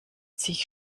sich